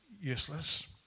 useless